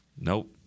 Nope